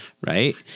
Right